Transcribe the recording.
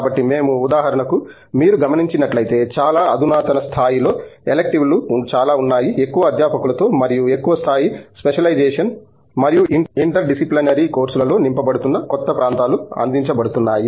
కాబట్టి మేము ఉదాహరణకు మీరు గమనించినట్లైతే చాలా అధునాతన స్థాయిలో ఎలెక్టివ్ లు చాలా ఉన్నాయి ఎక్కువ అధ్యాపకులతో మరియు ఎక్కువ స్థాయి స్పెషలైజేషన్ మరియు ఇంటర్ డిసిప్లినరీ కోర్సులలో నింపబడుతున్న కొత్త ప్రాంతాలు అందించబడుతున్నాయి